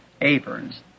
aprons